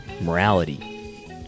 morality